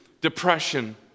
depression